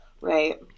right